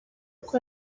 uko